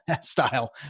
style